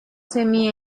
semi